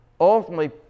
ultimately